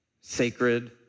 sacred